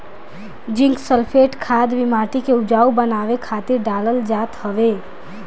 zinc sulphate खाद भी माटी के उपजाऊ बनावे खातिर डालल जात हवे